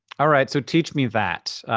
all right, so teach me that.